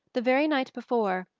the very night before,